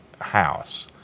house